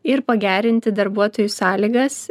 ir pagerinti darbuotojų sąlygas